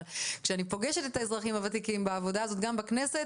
אבל כשאני פוגשת את האזרחים הוותיקים בעבודה הזו גם בכנסת,